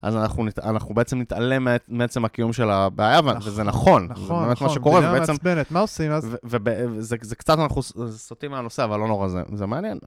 אז אנחנו בעצם נתעלם מעצם מהקיום של הבעיה, וזה נכון. נכון, נכון, בעיה מעצבנת, מה עושים אז? וזה קצת, אנחנו סוטים מהנושא, אבל לא נורא זה מעניין.